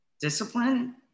discipline